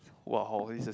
!wow! this is